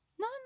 No